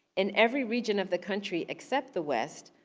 in every region of the country except the west,